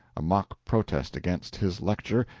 a mock protest against his lecture,